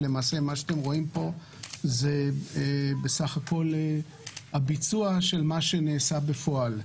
ולמעשה מה שאתם רואים פה זה הביצוע של מה שנעשה בפועל.